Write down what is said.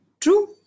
True